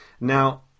Now